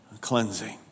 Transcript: cleansing